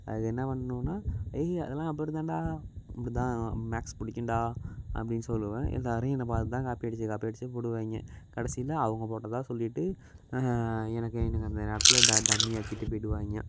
அது என்ன பண்ணுன்னால் ஏய் அதெல்லாம் அப்படி தான்டா அப்படி தான் மேக்ஸ் பிடிக்குன்டா அப்படின்னு சொல்லுவேன் எல்லாேரும் என்னை பார்த்து தான் காப்பியடித்து காப்பியடித்து போடுவாங்க கடைசில அவங்க போட்டதாக சொல்லிட்டு எனக்கு எனக்கு அந்த நேரத்தில் ட டம்மி ஆக்கிவிட்டு போய்டுவாங்க